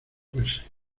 fuese